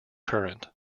current